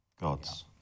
gods